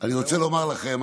אני רוצה לומר לכם: